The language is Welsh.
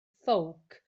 ffowc